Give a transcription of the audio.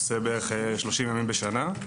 משרת בערך 30 ימים בשנה.